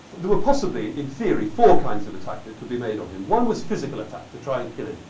there were possibly, in theory, four kinds of attack that could be made on him. one was physical attack to try and kill him.